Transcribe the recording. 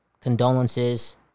Condolences